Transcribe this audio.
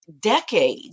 decades